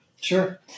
Sure